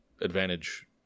advantage